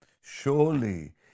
Surely